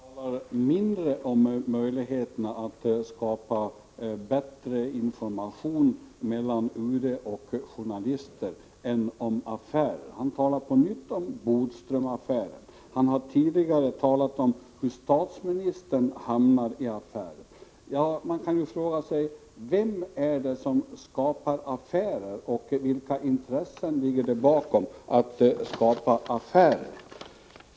Fru talman! Anders Björck talar mindre om möjligheterna att skapa bättre information mellan UD och journalisterna än om affärer. Han talar på nytt om Bodströmaffären. Han har tidigare talat om hur statsministern har hamnat i affärer. Man kan fråga sig: Vem är det som skapar affärerna och vilka intressen ligger bakom?